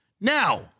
Now